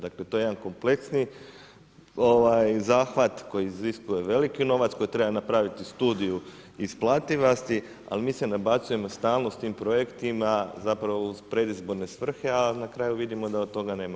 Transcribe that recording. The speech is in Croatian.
Dakle to je jedan kompleksniji zahvat koji iziskuje veliki novac, koji treba napraviti studiju isplativosti, ali mi se nabacujemo stalno s tim projektima u predizborne svrhe a na kraju vidimo da od toga ništa.